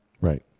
right